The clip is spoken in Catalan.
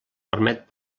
permet